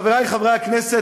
חברי חברי הכנסת,